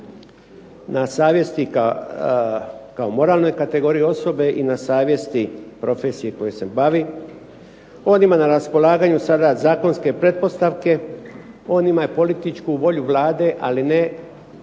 na savjesti kao moralnoj kategoriji osobe, i na savjesti profesije koje se bavi. On ima na raspolaganju sada zatvorske pretpostavke, on ima i političku volju Vlade, ali ne